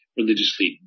religiously